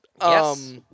Yes